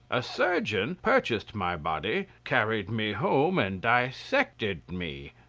a surgeon purchased my body, carried me home, and dissected me.